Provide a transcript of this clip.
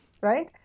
right